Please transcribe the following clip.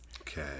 Okay